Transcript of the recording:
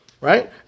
right